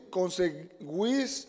conseguís